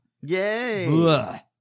Yay